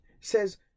says